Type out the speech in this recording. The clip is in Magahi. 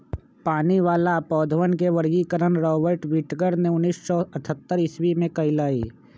पानी वाला पौधवन के वर्गीकरण रॉबर्ट विटकर ने उन्नीस सौ अथतर ईसवी में कइलय